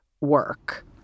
work